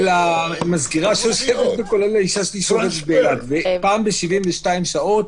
פעם ב-72 שעות